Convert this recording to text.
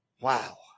Wow